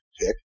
pick